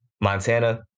Montana